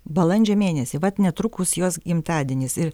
balandžio mėnesį vat netrukus jos gimtadienis ir